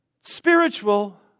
spiritual